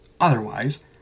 Otherwise